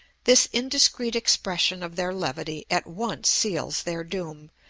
this indiscreet expression of their levity at once seals their doom,